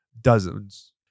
Dozens